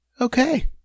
okay